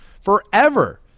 forever